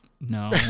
No